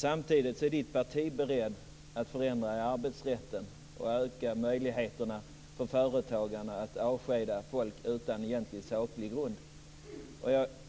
Samtidigt är Barbro Westerholms parti berett att förändra i arbetsrätten och öka möjligheterna för företagarna att avskeda folk utan egentlig saklig grund.